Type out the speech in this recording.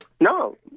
no